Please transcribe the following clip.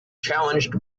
challenged